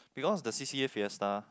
because the C_C_A fiesta